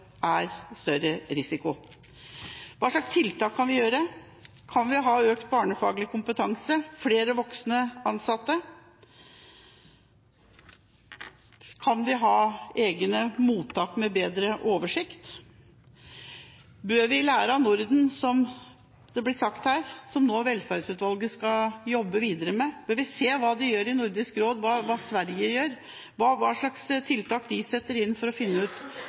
er det større risiko. Hva slags tiltak kan vi ha? Kan vi ha økt barnefaglig kompetanse, flere voksne ansatte? Kan vi ha egne mottak med bedre oversikt? Bør land i Norden lære av hverandre? Som det blir sagt her, skal Velferdsutvalget nå jobbe videre med dette. Bør vi se på hva de gjør i Nordisk råd? Bør vi se på hva Sverige gjør, og hva slags tiltak de setter inn, for å finne ut